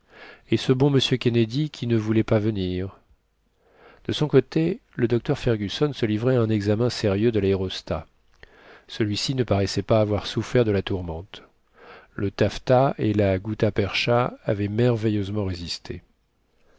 et ce bon m kennedy qui ne voulait pas venir de son côté le docteur fergusson se livrait à un examen sérieux de laérostat celui-ci ne paraissait pas avoir souffert de la tourmente le taffetas et la gutta perca avaient merveilleusement résisté